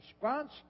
response